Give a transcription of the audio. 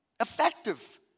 effective